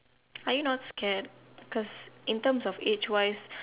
are you not scared because in terms of age wise